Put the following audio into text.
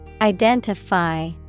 Identify